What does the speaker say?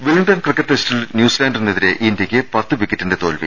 Wellington cricket ടെസ്റ്റിൽ ന്യൂസിലാൻഡിന് എതിരെ ഇന്ത്യക്ക് പത്ത് വിക്കറ്റ് തോൽവി